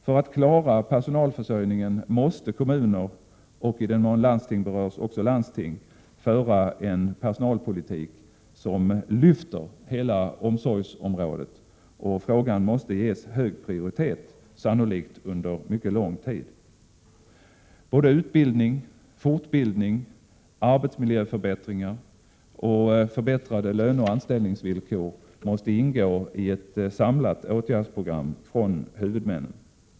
För att klara personalförsörjningen måste kommuner och, i den mån de berörs, också landsting föra en personalpolitik som så att säga lyfter hela omsorgsområdet. Frågan måste sannolikt under en mycket lång tid ges en hög prioritet. Både utbildning och fortbildning samt arbetsmiljöförbättringar och förbättrade löneoch anställningsvillkor måste ingå i ett samlat åtgärdsprogram från huvudmännen.